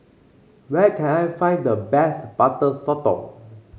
where can I find the best Butter Sotong